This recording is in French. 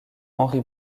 henri